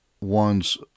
one's